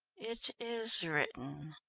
it is written,